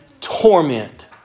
torment